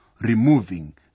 removing